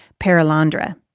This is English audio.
Paralandra